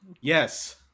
Yes